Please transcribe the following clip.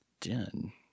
Done